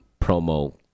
promo